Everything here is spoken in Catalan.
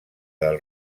del